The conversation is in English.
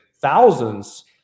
thousands